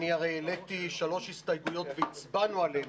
אני הרי העליתי שלוש הסתייגויות והצבענו עליהן.